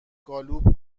گالوپ